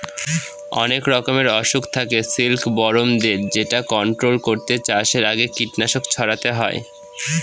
অনেক রকমের অসুখ থাকে সিল্কবরমদের যেটা কন্ট্রোল করতে চাষের আগে কীটনাশক ছড়াতে হয়